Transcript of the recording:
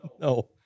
No